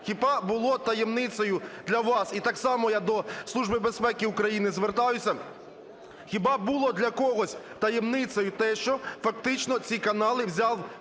Хіба було таємницею для вас, і так само я до Служби безпеки України звертаюся, хіба було для когось таємницею те, що фактично ці канали взяв під